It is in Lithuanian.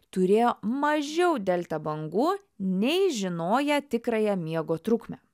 turėjo mažiau delta bangų nei žinoję tikrąją miego trukmę